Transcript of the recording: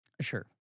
Sure